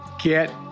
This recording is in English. Get